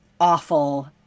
awful